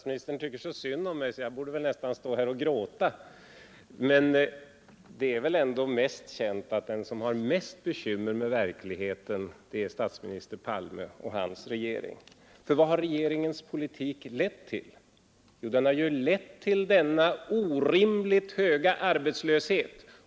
Vi vet inte hur det skulle ha gått, om oppositionen hade fått bestämma.